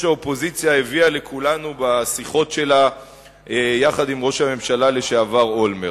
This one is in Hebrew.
האופוזיציה הביאה לכולנו בשיחות שלה יחד עם ראש הממשלה לשעבר אולמרט.